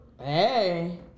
Hey